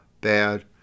bad